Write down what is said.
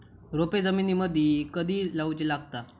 रोपे जमिनीमदि कधी लाऊची लागता?